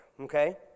okay